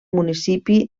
municipi